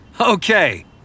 Okay